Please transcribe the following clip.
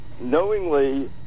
knowingly